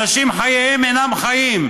אנשים, חייהם אינם חיים.